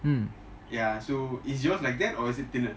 ya so is yours like that or is it thinner